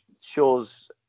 shows